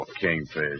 Kingfish